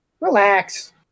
Relax